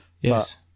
yes